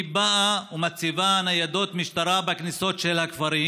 היא באה ומציבה ניידות משטרה בכניסות של הכפרים,